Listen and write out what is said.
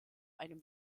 einem